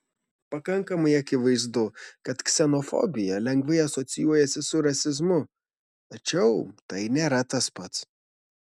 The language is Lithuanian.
pakankamai akivaizdu kad ksenofobija lengvai asocijuojasi su rasizmu tačiau tai nėra tas pats